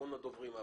אחרון הדוברים.